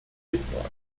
report